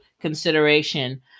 consideration